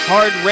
Hard